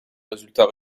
résultats